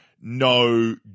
no